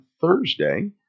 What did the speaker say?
Thursday